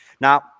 now